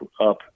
up